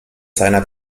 seiner